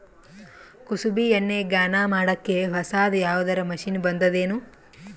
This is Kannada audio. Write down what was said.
ಕುಸುಬಿ ಎಣ್ಣೆ ಗಾಣಾ ಮಾಡಕ್ಕೆ ಹೊಸಾದ ಯಾವುದರ ಮಷಿನ್ ಬಂದದೆನು?